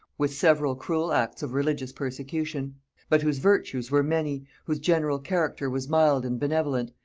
with several cruel acts of religious persecution but whose virtues were many, whose general character was mild and benevolent,